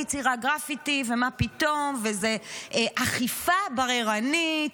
היא ציירה גרפיטי, ומה פתאום, וזו אכיפה בררנית.